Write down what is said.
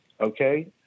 okay